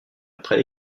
après